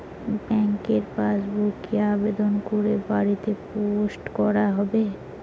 ব্যাংকের পাসবুক কি আবেদন করে বাড়িতে পোস্ট করা হবে?